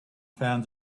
found